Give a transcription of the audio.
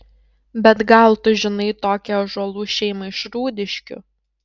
bet gal tu žinai tokią ąžuolų šeimą iš rūdiškių